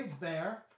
Bear